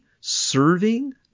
serving